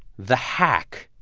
the hack.